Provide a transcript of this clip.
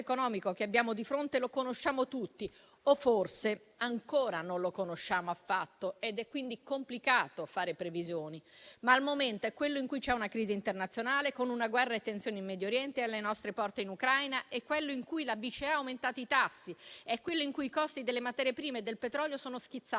economico che abbiamo di fronte lo conosciamo tutti o, forse, ancora non lo conosciamo affatto ed è quindi complicato fare previsioni. Al momento, però, il contesto è quello di una crisi internazionale con una guerra, con le tensioni in Medio Oriente ed alle nostre porte in Ucraina; è quello in cui la BCE ha aumentato i tassi, quello in cui i costi delle materie prime e del petrolio sono schizzati